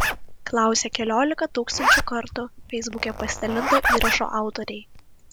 klausia keliolika tūkstančių kartų feisbuke pasidalinto įrašo autoriai